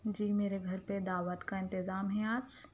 جی میرے گھر پہ دعوت کا انتظام ہے آج